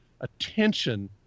attention